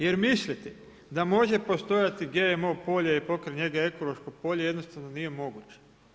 Jer misliti da može postojati GMO polje i pokraj njega ekološko polje jednostavno nije moguće.